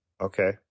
okay